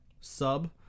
sub